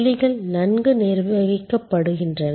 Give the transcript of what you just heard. புள்ளிகள் நன்கு நிர்வகிக்கப்படுகின்றன